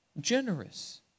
Generous